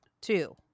Two